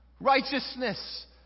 righteousness